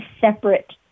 separate